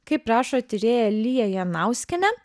kaip rašo tyrėja lija janauskienė